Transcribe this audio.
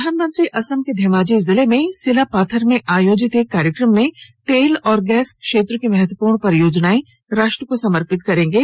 प्रधानमंत्री असम के धेमाजी जिले में सिलापाथार में आयोजित एक कार्यक्रम में तेल और गैस क्षेत्र की महत्वपूर्ण परियोजनाएं राष्ट्र को समर्पित करेंगे